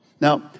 Now